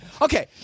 Okay